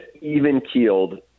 even-keeled